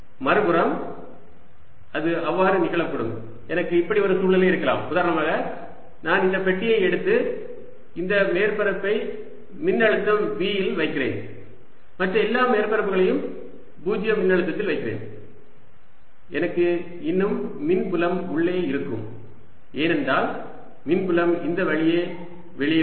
மறுபுறம் அது அவ்வாறு நிகழக்கூடும் எனக்கு இப்படி ஒரு சூழ்நிலை இருக்கலாம் உதாரணமாக நான் இந்த பெட்டியை எடுத்து இந்த மேற்பரப்பை மின்னழுத்தம் V இல் வைக்கிறேன் மற்ற எல்லா மேற்பரப்புகளையும் 0 மின்னழுத்தத்தில் வைக்கிறேன் எனக்கு இன்னும் மின்புலம் உள்ளே இருக்கும் ஏனென்றால் மின்புலம் இந்த வழியே வெளியே வரும்